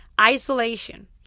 Isolation